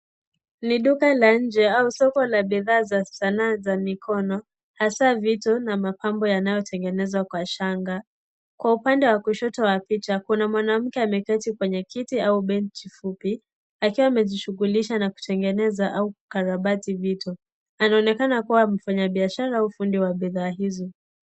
NI duka la nje au soko la bidhaa za Sanaa za mikono hasa vitu na mapambo yanayotengenezwa kwa shanga. Kwa upande wa kushoto Kwa picha kuna mwanamke ameketi kwenye kiti au benji fupi akiwa amejishughulisha na kutengeneza au Kukarabati vitu. Anaonekana kuwa mfanya biashara au fundi wa bidhaa hizo.